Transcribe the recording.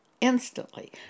Instantly